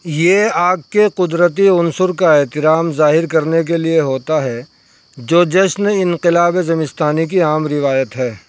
یہ آگ کے قدرتی عنصر کا احترام ظاہر کرنے کے لیے ہوتا ہے جو جشنِ انقلابِ زمستانی کی عام روایت ہے